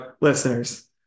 listeners